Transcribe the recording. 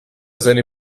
seine